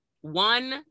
one